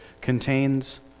contains